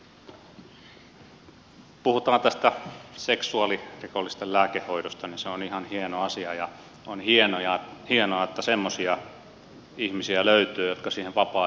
kun puhutaan tästä seksuaalirikollisten lääkehoidosta niin se on ihan hieno asia ja on hienoa että semmoisia ihmisiä löytyy jotka siihen vapaaehtoisesti sitoutuvat